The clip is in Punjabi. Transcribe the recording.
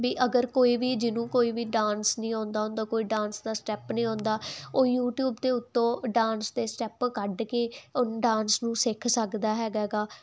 ਵੀ ਅਗਰ ਕੋਈ ਵੀ ਜਿਹਨੂੰ ਕੋਈ ਵੀ ਡਾਂਸ ਨਹੀਂ ਆਉਂਦਾ ਹੁੰਦਾ ਕੋਈ ਡਾਂਸ ਦਾ ਸਟੈਪ ਨਹੀਂ ਆਉਂਦਾ ਉਹ ਯੂਟੀਊਬ ਦੇ ਉੱਤੋਂ ਡਾਂਸ ਦੇ ਸਟੈਪ ਕੱਢ ਕੇ ਉਹ ਡਾਂਸ ਨੂੰ ਸਿੱਖ ਸਕਦਾ ਹੈਗਾ ਗਾ